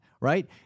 right